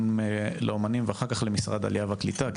לאומנים ואחר כך למשרד העלייה והקליטה,